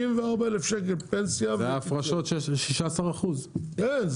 זה ההפרשות 16%. כן,